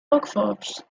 workforce